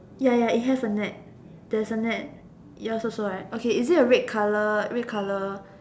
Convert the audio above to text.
ya ya it has a net there's a net yours also right okay is it a red colour red colour